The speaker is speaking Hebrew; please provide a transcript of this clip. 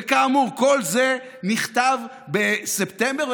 וכאמור, כל זה נכתב בספטמבר.